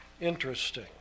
Interesting